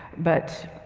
but,